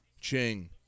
Ching